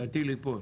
שהטיל ייפול.